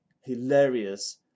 hilarious